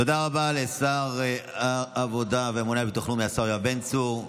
תודה רבה לשר העבודה והממונה על הביטוח הלאומי השר יואב בן צור.